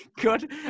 good